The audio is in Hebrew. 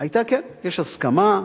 כן, יש הסכמה.